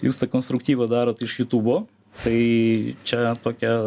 jūs tą konstruktyvą darot iš jūtūbo tai čia tokia